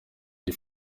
iyi